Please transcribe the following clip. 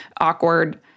awkward